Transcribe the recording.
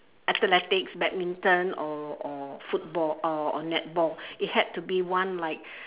athletics badminton or or football or or netball it had to be one like